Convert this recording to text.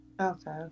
Okay